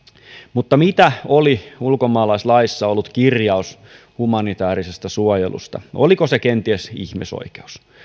mutta mitä oli ulkomaalaislaissa ollut kirjaus humanitäärisestä suojelusta oliko se kenties ihmisoikeus